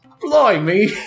Blimey